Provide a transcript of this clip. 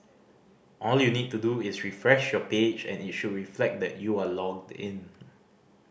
all you need to do is refresh your page and it should reflect that you are logged in